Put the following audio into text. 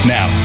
Now